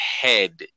head